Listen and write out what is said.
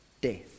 death